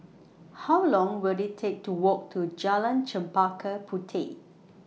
How Long Will IT Take to Walk to Jalan Chempaka Puteh